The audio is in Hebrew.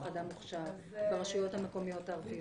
אדם מוכשר ברשויות המקומיות הערביות.